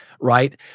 right